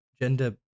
gender